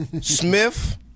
Smith